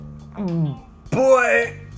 boy